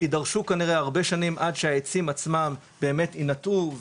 יידרשו כנראה הרבה שנים עד שהעצים עצמם באמת יינטעו,